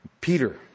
Peter